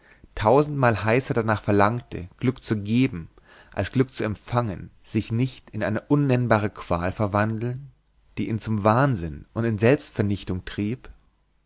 tausendmal heißer danach verlangte glück zu geben als glück zu empfangen sich nicht in eine unnennbare qual verwandeln die ihn zum wahnsinn und in selbstvernichtung trieb